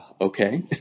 okay